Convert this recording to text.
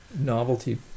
novelty